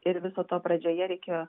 ir viso to pradžioje reikėjo